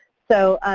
so,